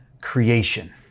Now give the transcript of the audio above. creation